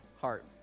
heart